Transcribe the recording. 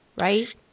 right